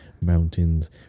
mountains